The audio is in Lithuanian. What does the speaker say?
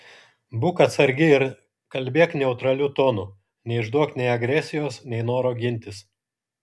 būk atsargi ir kalbėk neutraliu tonu neišduok nei agresijos nei noro gintis